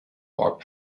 ort